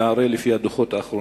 אלא גם כי הרי לפי הדוחות האחרונים,